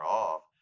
off